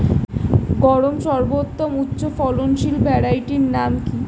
গমের সর্বোত্তম উচ্চফলনশীল ভ্যারাইটি নাম কি?